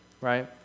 right